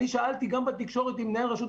אבל צריך להגיד רואה החשבון הוא גם גורם מקצועי,